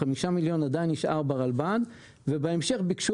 חמישה המיליון עדיין נשאר ברלב"ד ובהמשך ביקשו